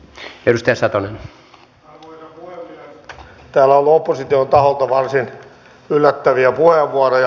täällä on tullut opposition taholta varsin yllättäviä puheenvuoroja